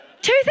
Two